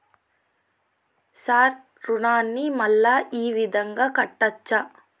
Sir రుణాన్ని మళ్ళా ఈ విధంగా కట్టచ్చా?